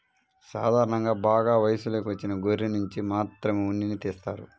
సాధారణంగా బాగా వయసులోకి వచ్చిన గొర్రెనుంచి మాత్రమే ఉన్నిని తీస్తారు